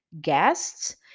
guests